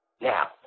now